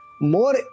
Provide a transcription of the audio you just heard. more